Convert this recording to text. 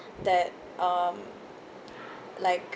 that um like